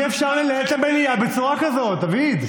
שיספר, אי-אפשר לנהל את המליאה בצורה כזאת, דוד.